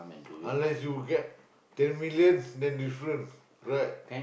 unless you get ten million then different right